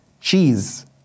cheese